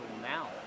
Now